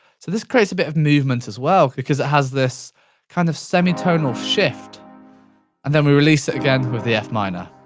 so this creates a bit of movement as well because it has this kind of semi-tonal shift and then we release it again with the f minor.